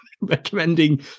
recommending